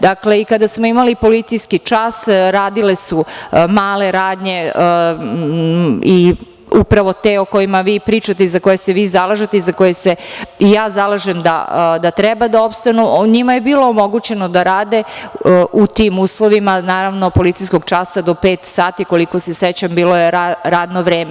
Dakle, i kada smo imali policijski čas, radile su male radnje, upravo te o kojima vi pričate i za koje se vi zalažete i za koje se ja zalažem da treba da opstanu, njima je bilo omogućeno da rade u tim uslovima policijskog časa do pet sati, koliko se sećam, bilo je radno vreme.